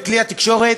וכלי התקשורת